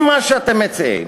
אם מה שאתם מציעים